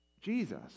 Jesus